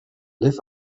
live